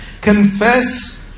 Confess